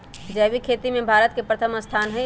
जैविक खेती में भारत के प्रथम स्थान हई